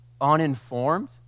uninformed